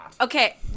Okay